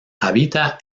habita